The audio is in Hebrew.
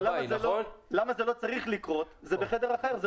לא, למה זה לא צריך לקרות, זה בחדר אחר.